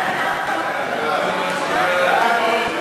ההצעה להעביר את הצעת